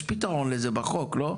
יש לזה פתרון בחוק, לא?